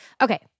Okay